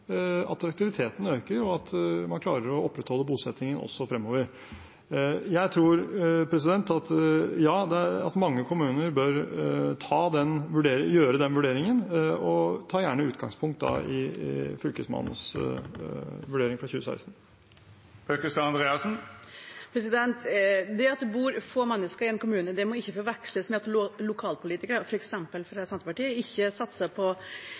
attraktiviteten øker, og at man klarer å opprettholde bosettingen også fremover? Jeg tror ja – at mange kommuner bør gjøre den vurderingen, og ta gjerne utgangspunkt i Fylkesmannens vurdering fra 2016. At det bor få mennesker i en kommune, må ikke forveksles med at lokalpolitikere, f.eks. fra Senterpartiet, ikke satser på